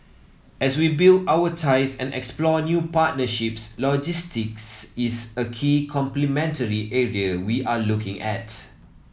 as we build our ties and explore new partnerships logistics is a key complementary area we are looking at